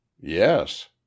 Yes